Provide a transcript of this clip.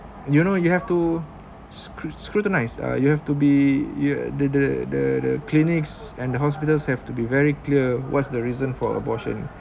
you know you have to scru~ scrutinize uh you have to be you the the the clinics and the hospitals have to be very clear what's the reason for abortion